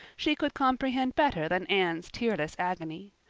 she could comprehend better than anne's tearless agony.